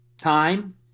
time